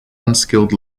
unskilled